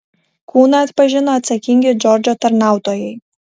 kūną atpažino atsakingi džordžo tarnautojai